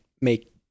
make